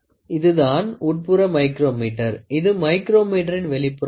இதுதான் உட்புற மைக்ரோமீட்டர் இது மைக்ரோமீட்டறின் வெளிப்புறம் ஆகும்